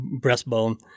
breastbone